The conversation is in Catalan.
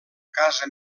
casa